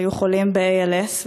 היו חולים ב-ALS,